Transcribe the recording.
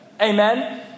Amen